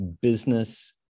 business